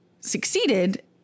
succeeded